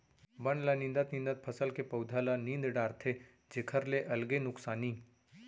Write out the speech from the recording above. बन ल निंदत निंदत फसल के पउधा ल नींद डारथे जेखर ले अलगे नुकसानी